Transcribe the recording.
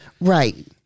Right